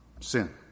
sin